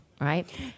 right